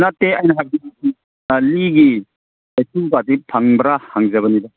ꯅꯠꯇꯦ ꯑꯩꯅ ꯍꯥꯏꯕꯗꯤ ꯑꯥ ꯂꯤꯒꯤ ꯆꯩꯁꯨ ꯒꯥꯗꯤ ꯐꯪꯕ꯭ꯔ ꯍꯪꯖꯕꯅꯤꯗ